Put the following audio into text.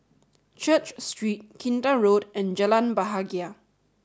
Church Street Kinta Road and Jalan Bahagia